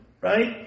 right